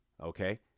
Okay